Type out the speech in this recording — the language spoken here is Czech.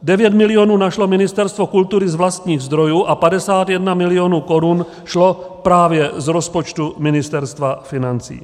Devět milionů našlo Ministerstvo kultury z vlastních zdrojů a 51 mil. korun šlo právě z rozpočtu Ministerstva financí.